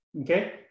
okay